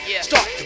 start